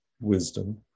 wisdom